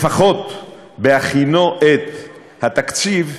לפחות בהכינו את התקציב,